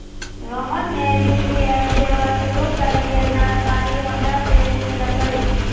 रोहन ने यू.पी.आई सेवा शुरू करे के जानकारी हमरा से पूछल कई